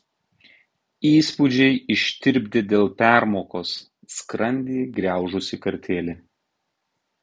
įspūdžiai ištirpdė dėl permokos skrandį griaužusį kartėlį